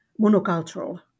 monocultural